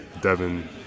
Devin